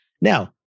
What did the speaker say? Now